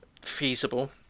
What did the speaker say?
Feasible